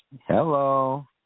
Hello